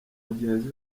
mugenzi